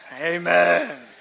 Amen